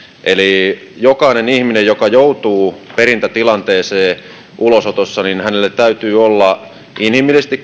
eli jokaisen ihmisen joka joutuu perintätilanteeseen ulosotossa tilannetta täytyy katsoa inhimillisesti